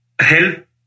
help